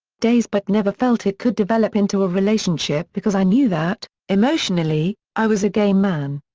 days but never felt it could develop into a relationship because i knew that, emotionally, i was a gay man.